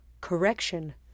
correction